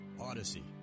Odyssey